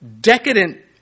decadent